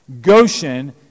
Goshen